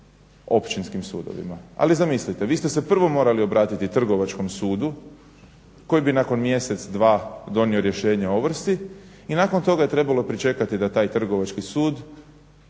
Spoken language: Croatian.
općinskim sudovima. Ali zamislite, vi ste se prvo morali obratiti Trgovačkom sudu koji bi nakon mjesec, dva donio rješenje o ovrsi i nakon toga trebalo je pričekati da taj Trgovački sud